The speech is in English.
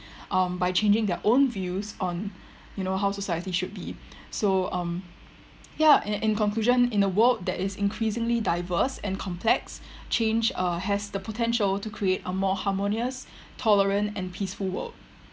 um by changing their own views on you know how society should be so um ya in in conclusion in a world that is increasingly divers and complex change uh has the potential to create a more harmonious tolerant and peaceful world